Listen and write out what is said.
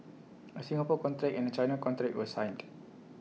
A Singapore contract and A China contract were signed